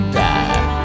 die